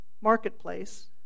marketplace